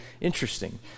interesting